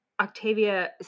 Octavia